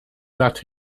that